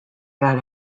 had